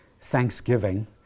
thanksgiving